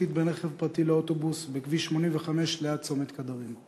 חזיתית בין רכב פרטי לאוטובוס בכביש 85 ליד צומת קדרים,